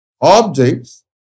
Objects